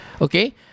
okay